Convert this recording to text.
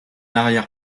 arrière